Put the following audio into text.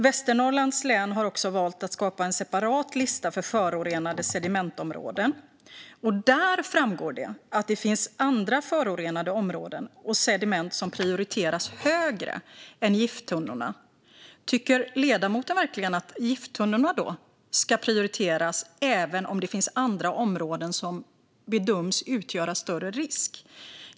Västernorrlands län har också valt att skapa en separat lista för förorenade sedimentområden, och där framgår det att det finns andra förorenade områden och sediment som prioriteras högre än gifttunnorna. Tycker ledamoten verkligen att gifttunnorna då ska prioriteras även om det finns andra områden som bedöms utgöra större risk?